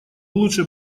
лучше